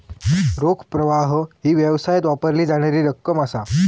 रोख प्रवाह ही व्यवसायात वापरली जाणारी रक्कम असा